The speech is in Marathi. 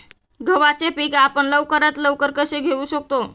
गव्हाचे पीक आपण लवकरात लवकर कसे घेऊ शकतो?